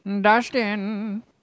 Dustin